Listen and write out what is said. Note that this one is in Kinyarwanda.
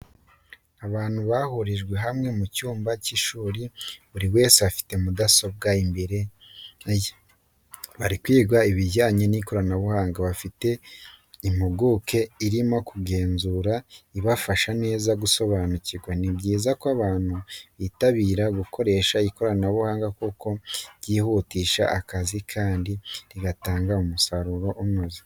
Abantu bahurijwe hamwe mu cyumba cy'ishuri, buri wese afite mudasobwa imbere ye bari kwiga ibijyanye n'ikoranabuhanga, bafite impuguke irimo kuzenguruka ibafasha neza gusobanukirwa. Ni byiza ko abantu bitabira gukoresha ikoranabuhanga kuko ryihutisha akazi kandi rigatanga umusaruro unoze.